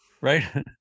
right